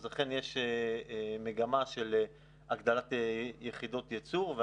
אכן יש מגמה של הגדלת יחידות ייצור,